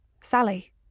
Sally